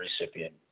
recipient